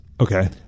Okay